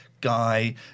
guy